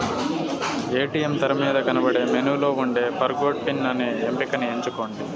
ATM తెరమీద కనబడే మెనూలో ఉండే ఫర్గొట్ పిన్ అనే ఎంపికని ఎంచుకోండి